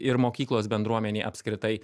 ir mokyklos bendruomenei apskritai